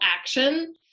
action